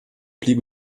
blieb